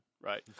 Right